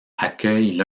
accueille